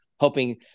hoping